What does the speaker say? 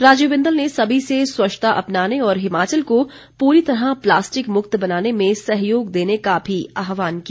राजीव बिंदल ने सभी से स्वच्छता अपनाने और हिमाचल को पूरी तरह प्लास्टिक मुक्त बनाने में सहयोग देने का भी आह्वान किया